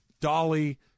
Dolly